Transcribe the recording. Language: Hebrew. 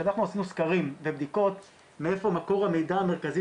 כשאנחנו עשינו סקרים ובדיקות מאיפה מקור המידע המרכזי